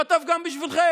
לא טוב גם בשבילכם.